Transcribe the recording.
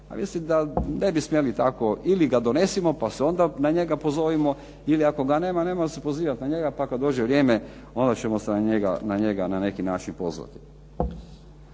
Mislim da ne bi smjeli tako, ili ga donosimo pa se onda na njega pozovimo ili ako ga nema nemojmo se pozivat na njega pa kad dođe vrijeme onda ćemo se na njega na neki način pozvati.